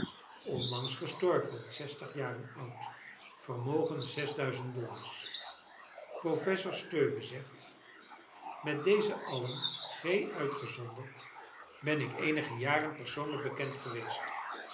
onlangs gestorven zestig jaren oud vermogen zes duizend dollars professor stowe zegt met deze allen g uitgezonderd ben ik eenige jaren persoonlijk bekend geweest